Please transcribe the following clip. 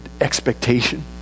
expectation